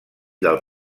del